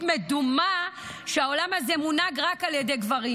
מדומה שהעולם הזה מונהג רק על ידי גברים,